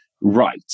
right